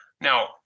Now